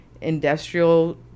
industrial